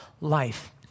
life